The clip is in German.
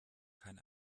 kann